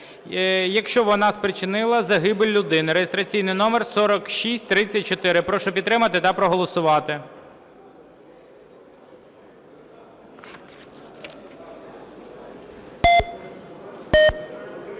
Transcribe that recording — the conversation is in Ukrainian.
якщо вона спричинила загибель людини (реєстраційний номер 4634). Прошу підтримати та проголосувати.